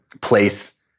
place